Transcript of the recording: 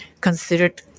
considered